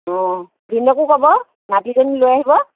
অঁ ভিনদেউকো ক'ব নাতিজনী লৈ আহিব